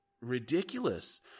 ridiculous